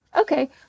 Okay